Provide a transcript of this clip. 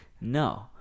no